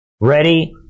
ready